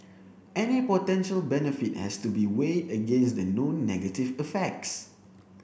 any potential benefit has to be weighed against the known negative effects